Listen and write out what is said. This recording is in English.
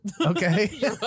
Okay